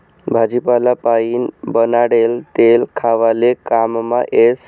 भाजीपाला पाइन बनाडेल तेल खावाले काममा येस